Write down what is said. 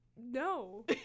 no